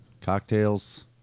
Cocktails